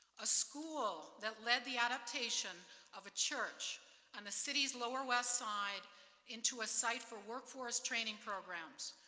a school that led the adaptation of a church on the city's lower west side into a site for workforce training programs,